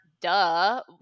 duh